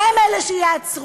הם אלה שייעצרו,